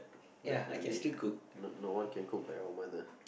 definitely no no one can cook like our mother